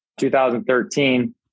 2013